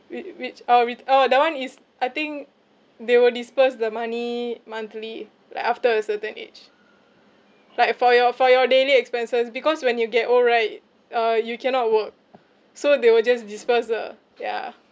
whi~ which uh with oh that [one] is I think they will disperse the money monthly like after a certain age like for your for your daily expenses because when you get old right uh you cannot work so they will just disperse the yeah